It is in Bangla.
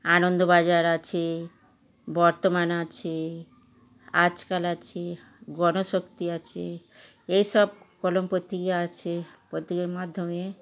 আনন্দবাজার আছে বর্তমান আছে আজকাল আছে গণশক্তি আছে এইসব কলম পত্রিকা আছে পত্রিকার মাধ্যমে